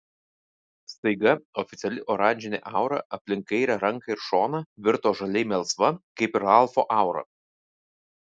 staiga oficiali oranžinė aura aplink kairę ranką ir šoną virto žaliai melsva kaip ir ralfo aura